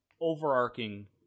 overarching